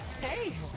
Hey